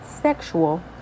sexual